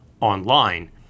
online